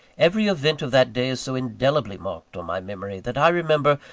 every event of that day is so indelibly marked on my memory, that i remember,